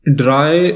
dry